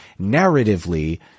narratively